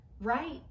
right